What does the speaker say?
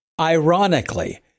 Ironically